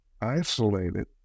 isolated